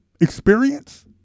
experience